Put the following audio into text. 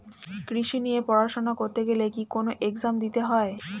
কৃষি নিয়ে পড়াশোনা করতে গেলে কি কোন এগজাম দিতে হয়?